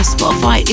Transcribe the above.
Spotify